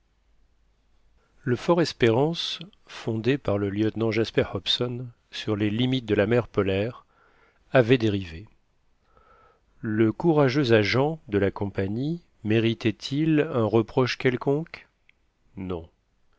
le lieutenant jasper hobson sur les limites de la mer polaire avait dérivé le courageux agent de la compagnie méritait il un reproche quelconque non